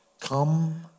Come